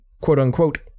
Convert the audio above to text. quote-unquote